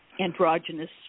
androgynous